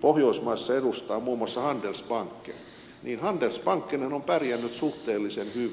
pohjoismaissa muun muassa handelsbanken ja se on pärjännyt suhteellisen hyvin